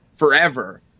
forever